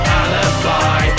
alibi